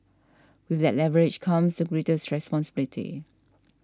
with that leverage comes the greatest responsibility